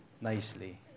Nicely